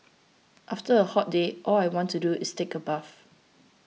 after a hot day all I want to do is take a bath